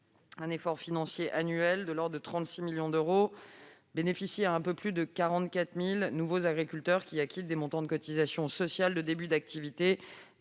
un effort financier annuel de l'ordre de 36 millions d'euros. Elle bénéficie à un peu plus de 44 000 nouveaux agriculteurs, qui acquittent déjà de très faibles montants de cotisations sociales de début d'activité.